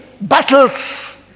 battles